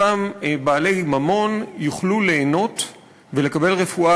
אותם בעלי ממון יוכלו ליהנות ולקבל רפואה